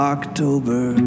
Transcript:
October